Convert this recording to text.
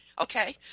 Okay